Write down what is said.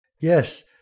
Yes